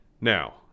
Now